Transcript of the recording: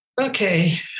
Okay